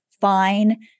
fine